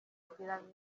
icyegeranyo